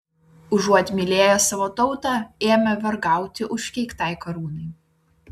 užuot mylėję savo tautą ėmė vergauti užkeiktai karūnai